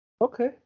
Okay